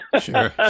sure